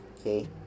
okay